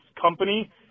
company